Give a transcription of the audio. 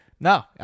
No